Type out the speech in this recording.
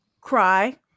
Cry